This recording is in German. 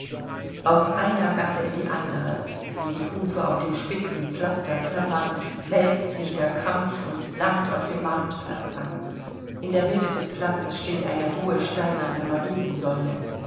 aus einer gasse in die andere wie die hufe auf dem spitzen pflaster klappern wälzt sich der kampf und langt auf dem marktplatz an in der mitte des platzes steht eine hohe steinerne mariensäule